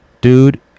Dude